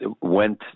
went